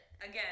Again